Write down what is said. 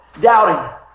doubting